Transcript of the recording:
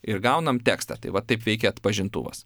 ir gaunam tekstą tai va taip veikia atpažintuvas